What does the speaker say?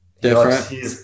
different